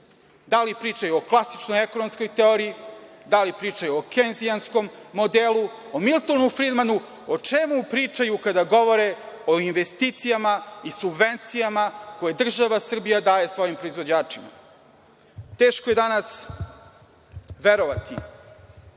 da li pričaju o klasičnoj ekonomskoj teoriji, da li pričaju o kejnzijanskom modelu, o Miltonu Fridmanu, o čemu pričaju kada govore o investicijama i subvencijama koje država Srbija daje svojim proizvođačima. Teško je danas verovati